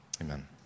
amen